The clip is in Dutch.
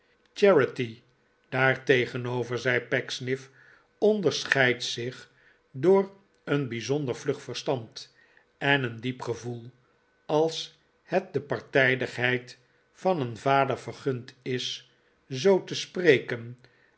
daartegenover zei pecksniff onderscheidt zich door een bijzonder vlug verstand en een diep gevoel als het de partijdigheid van een vader vergund is zoo te spreken